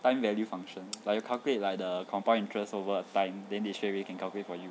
time value function like you calculate like the compound interest over a time then they straight away can calculate for you